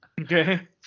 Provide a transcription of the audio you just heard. Okay